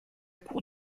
cour